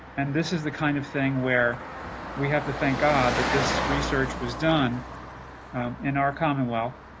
and this is the kind of thing where we have to thank god that this research was done in our common well